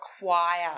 require